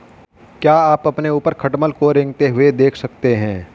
क्या आप अपने ऊपर खटमल को रेंगते हुए देख सकते हैं?